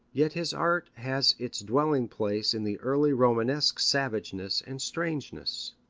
yet his art has its dwelling-place in the early romanesque savageness and strangeness.